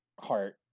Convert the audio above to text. Heart